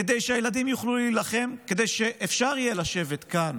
כדי שהילדים יוכלו להילחם כדי שאפשר יהיה לשבת כאן